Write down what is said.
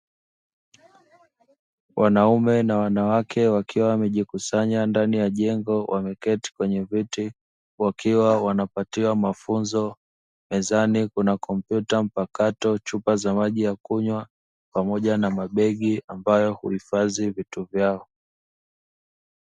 Wanaume na wanawake wakiwa wamejikusanya ndani ya jengo wameketi kwenye viti wakiwa wanapatiwa mafunzo. Mezani kuna kompyuta mpakato, chupa za maji ya kunywa pamoja na mabegi ambayo huhifadhi vitu vyao.